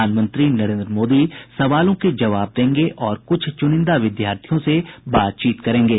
प्रधानमंत्री नरेन्द्र मोदी सवालों के जवाब देंगे और कुछ चुनिंदा विद्यार्थियों से बातचीत करेंगे